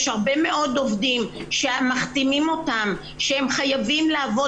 יש הרבה מאוד עובדים שמחתימים אותם שהם חייבים לעבוד